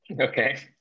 Okay